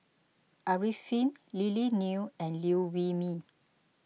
Arifin Lily Neo and Liew Wee Mee